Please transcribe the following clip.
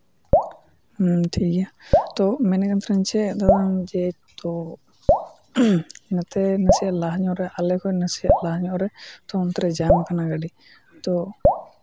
ᱦᱮᱸ ᱴᱷᱤᱠ ᱜᱮᱭᱟ ᱛᱳ ᱢᱮᱱᱮᱫ ᱠᱟᱱ ᱛᱟᱦᱮᱱᱤᱧ ᱪᱮᱫ ᱫᱟᱫᱟ ᱡᱮᱦᱮᱛᱩ ᱱᱚᱛᱮ ᱱᱟᱥᱮᱭᱟᱜ ᱞᱟᱦᱟ ᱧᱚᱜ ᱨᱮ ᱟᱞᱮ ᱠᱷᱚᱡ ᱱᱟᱥᱮᱭᱟᱜ ᱞᱟᱦᱟ ᱧᱚᱜ ᱨᱮ ᱛᱳ ᱚᱱᱛᱮ ᱨᱮ ᱡᱟᱢ ᱠᱟᱱᱟ ᱜᱟᱹᱰᱤ ᱛᱳ